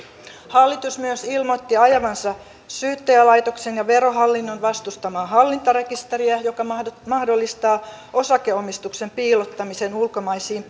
hallitus myös ilmoitti ajavansa syyttäjälaitoksen ja verohallinnon vastustamaa hallintarekisteriä joka mahdollistaa mahdollistaa osakeomistuksen piilottamisen ulkomaisiin